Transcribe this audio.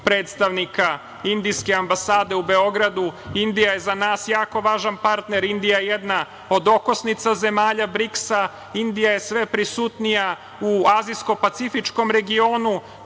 predstavnika indijske ambasade u Beogradu. Indija je za nas jako važan partner, Indija je jedna od okosnica zemalja BRIKS-a, Indija je sve prisutnija u azijsko-pacifičkom regionu.